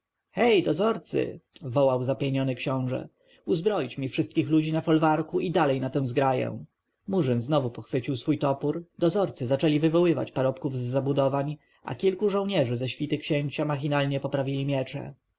hej dozorcy wołał zapieniony książę uzbroić mi wszystkich ludzi na folwarku i dalej na tę zgraję murzyn znowu pochwycił swój topór dozorcy zaczęli wywoływać parobków z zabudowań a kilku żołnierzy ze świty księcia machinalnie poprawili miecze